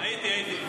הייתי, הייתי.